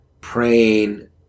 praying